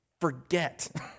forget